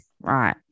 Right